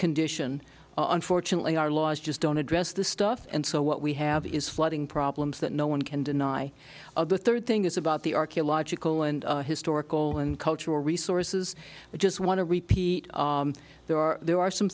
condition unfortunately our laws just don't address the stuff and so what we have is flooding problems that no one can deny of the third thing is about the archaeological and historical and cultural resources we just want to repeat there are there are some